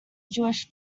jewish